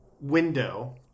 window